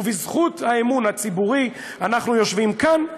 ובזכות האמון הציבורי אנחנו יושבים כאן,